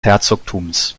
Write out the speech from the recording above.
herzogtums